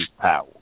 power